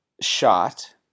shot